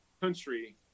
country